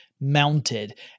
mounted